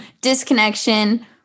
Disconnection